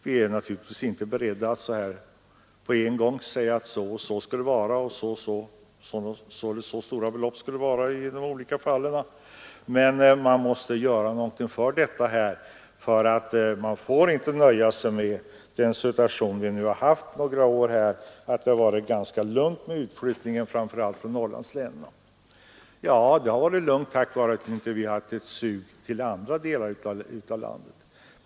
Vi är naturligtvis inte beredda att på en gång säga att så och så skall det vara eller att så och så stora belopp skall det vara i de olika fallen. Men man måste göra någonting här. Man får inte slå sig till ro med den situation som vi haft under några år och som har inneburit att det varit ganska lugnt med utflyttningen framför allt från Norrlandslänen. Det har varit lugnt tack vare att vi inte haft något sug till andra delar av landet.